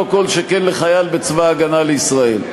לא כל שכן לחייל בצבא ההגנה לישראל.